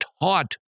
taught